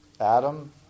Adam